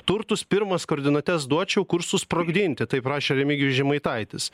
turtus pirmas koordinates duočiau kur susprogdinti taip rašė remigijus žemaitaitis